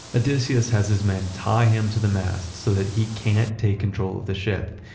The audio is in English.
odysseus has his men tie him to the mast so that he can't take control of the ship.